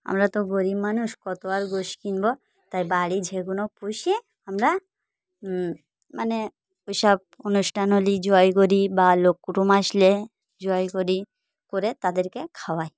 আমরা তো গরিব মানুষ কত আর গোশ কিনব তাই বাড়ি যেগুলো পুষি আমরা মানে ওই সব অনুষ্ঠান হলে জবাই করি বা লোক কুটুম্ব আসলে জবাই করি করে তাদেরকে খাওয়াই